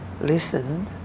listened